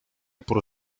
por